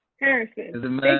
Harrison